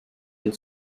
and